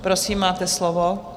Prosím, máte slovo.